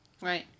Right